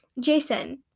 Jason